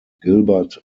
gilbert